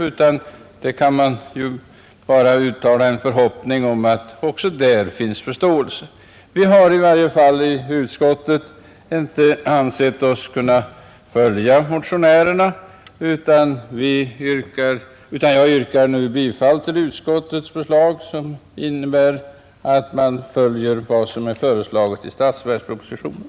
Vi kan bara uttala en förhoppning att det också där skall finnas förståelse för behovet av konst. Vi har i varje fall i utskottet inte ansett oss kunna följa motionärerna. Jag yrkar därför bifall till utskottets hemställan, som innebär att man följer vad som är föreslaget i statsverkspropositionen.